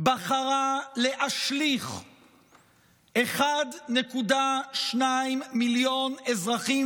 בחרה להשליך מיליון ו-200,000 אזרחים